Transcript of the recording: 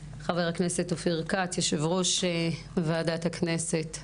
חבר הכנסת אופיר כץ יושב-ראש ועדת הכנסת,